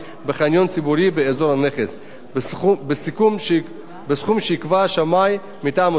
ציבורי באזור הנכס בסכום שיקבע שמאי מטעם מוסד התכנון.